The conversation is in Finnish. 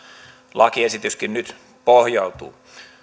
lakiesitys nyt pohjautuu